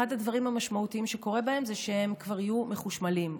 אחד הדברים המשמעותיים שקורה בהם זה שהם כבר יהיו מחושמלים,